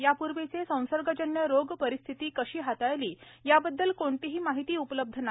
यापूर्वीचे संसर्गजन्य रोग परिस्थिती कशी हाताळली याबद्दल कोणतीही माहिती उपलब्ध नाही